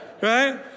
Right